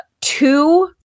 two